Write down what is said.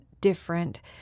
different